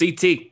Ct